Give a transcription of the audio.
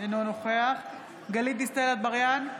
אינו נוכח גלית דיסטל אטבריאן,